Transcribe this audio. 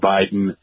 Biden